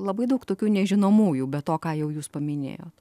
labai daug tokių nežinomųjų be to ką jau jūs paminėjot